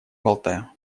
болтаю